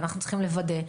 ואנחנו צריכים לוודא.